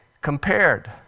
compared